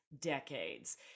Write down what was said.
decades